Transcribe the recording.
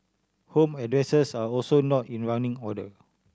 home addresses are also not in running order